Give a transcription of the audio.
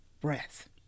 breath